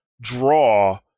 draw